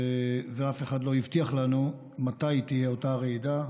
ואף אחד לא הבטיח לנו מתי תהיה אותה רעידה.